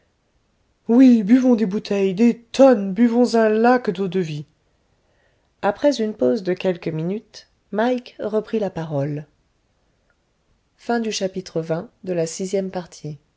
oui buvons des bouteilles des tonnes buvons un lac d'eau-de-vie après une pause de quelques minutes mike reprit la parole